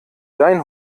dein